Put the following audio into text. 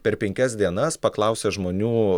per penkias dienas paklausę žmonių